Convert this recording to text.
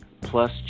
plus